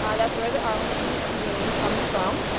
ah that's where the arlington name comes from,